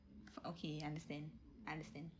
okay understand understand